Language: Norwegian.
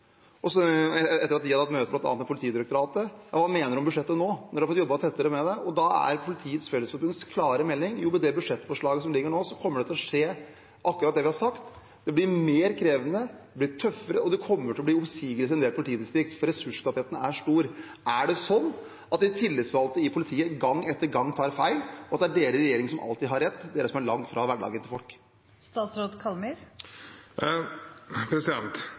etter at de hadde hatt møte med bl.a. Politidirektoratet, om hva han mener om budsjettet nå når de har fått jobbet tettere med det. Politiets Fellesforbunds klare melding er at med det budsjettforslaget som foreligger, kommer akkurat det de har sagt, til å skje – det blir mer krevende, det blir tøffere, og det kommer til å bli oppsigelser i en del politidistrikt fordi ressursknappheten er stor. Er det slik at de tillitsvalgte i politiet gang etter gang tar feil, og at det er regjeringen som alltid har rett – som er langt fra hverdagen til